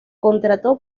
contrató